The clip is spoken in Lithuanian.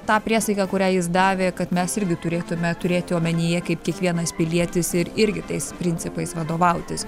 tą priesaiką kurią jis davė kad mes irgi turėtume turėti omenyje kaip kiekvienas pilietis ir irgi tais principais vadovautis